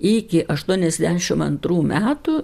iki aštuoniasdešim antrų metų